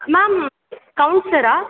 ma'am கவுன்சிலரா